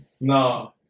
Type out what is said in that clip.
No